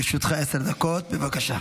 לרשותך עשר דקות, בבקשה.